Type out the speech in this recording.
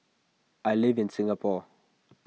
I live in Singapore